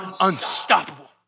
unstoppable